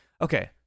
Okay